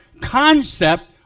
concept